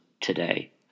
today